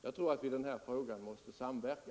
Jag tycker att vi i den här frågan måste samverka.